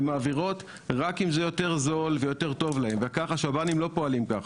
הן מעבירות רק אם זה יותר זול ויותר טוב להם והשב"נים לא פועלים כך.